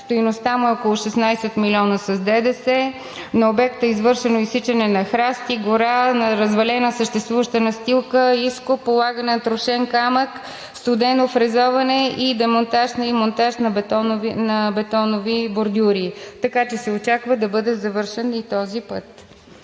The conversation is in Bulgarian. Стойността му е около 16 милиона с ДДС. На обекта е извършено: изсичане на храсти, гора; развалена съществуваща настилка; изкоп; полагане на трошен камък; студено фрезоване и демонтаж и монтаж на бетонови бордюри. Така че се очаква да бъде завършен и този път.